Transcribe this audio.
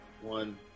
One